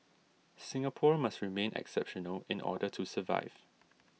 Singapore must remain exceptional in order to survive